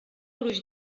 gruix